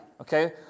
Okay